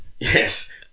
yes